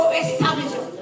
established